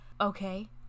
Okay